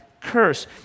curse